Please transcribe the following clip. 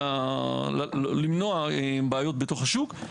למנוע בעיות בתוך השוק.